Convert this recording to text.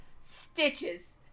stitches